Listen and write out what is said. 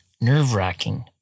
nerve-wracking